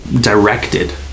directed